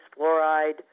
fluoride